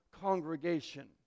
congregation